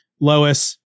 Lois